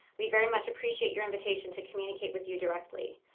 we very much appreciate your invitation to communicate with you directly,